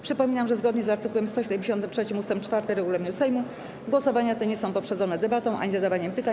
Przypominam, że zgodnie z art. 173 ust. 4 regulaminu Sejmu głosowania te nie są poprzedzone debatą ani zadawaniem pytań.